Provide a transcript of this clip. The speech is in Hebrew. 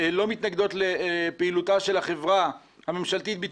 אז יכול להיות שאפשר לבוא אליהן עם